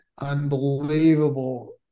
unbelievable